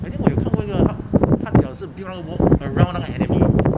I think 我又看过一个他只好 build 那个 wall around 那个 enemy